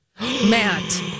Matt